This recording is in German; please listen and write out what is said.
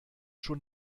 schon